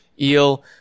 eel